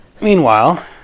Meanwhile